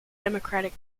democratic